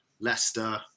Leicester